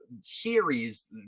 series